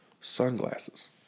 sunglasses